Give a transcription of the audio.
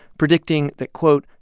predicting that, quote,